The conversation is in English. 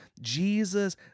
Jesus